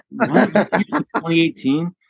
2018